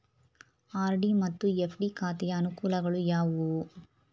RD ಮತ್ತು FD ಖಾತೆಯ ಅನುಕೂಲಗಳು ಯಾವುವು?